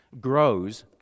grows